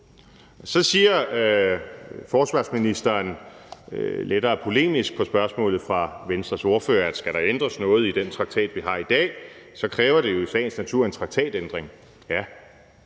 Så svarer forsvarsministeren lettere polemisk på spørgsmålet fra Venstres ordfører, at skal der ændres noget i den traktat, vi har i dag, så kræver det jo i sagens natur en traktatændring.